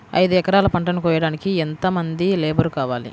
ఐదు ఎకరాల పంటను కోయడానికి యెంత మంది లేబరు కావాలి?